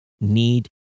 need